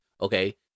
Okay